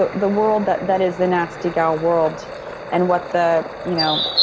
the the world that that is the nasty gal world and what the you know,